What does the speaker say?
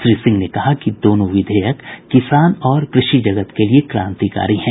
श्री सिंह ने कहा कि दोनों विधेयक किसान और कृषि जगत के लिए क्रांतिकारी हैं